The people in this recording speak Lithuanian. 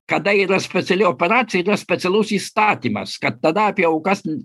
kada yra speciali operacija yra specialus įstatymas kad tada apie aukas